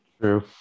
true